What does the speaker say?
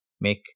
make